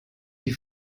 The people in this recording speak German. die